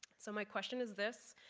so my question is this.